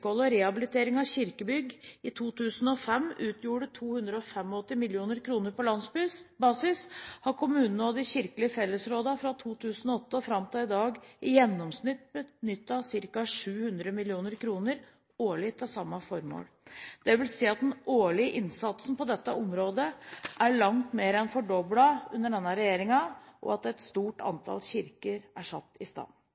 vedlikehold og rehabilitering av kirkebygg i 2005 utgjorde 285 mill. kr på landsbasis, har kommunene og de kirkelige fellesrådene fra 2008 og fram til i dag i gjennomsnitt benyttet ca. 700 mill. kr årlig til samme formål. Det vil si at den årlige innsatsen på dette området er langt mer enn fordoblet under denne regjeringen, og at et stort